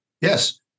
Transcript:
Yes